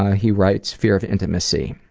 he writes, fear of intimacy.